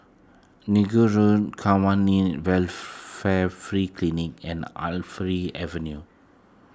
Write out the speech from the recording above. Inggu Road Kwan in Welfare Free Clinic and Avenue